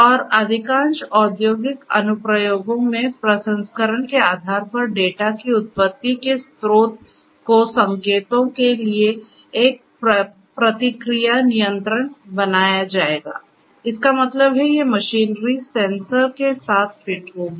और अधिकांश औद्योगिक अनुप्रयोगों में प्रसंस्करण के आधार पर डेटा की उत्पत्ति के स्रोत को संकेतों के लिए एक प्रतिक्रिया नियंत्रण बनाया जाएगा इसका मतलब है ये मशीनरी सेंसर के साथ फिट होगी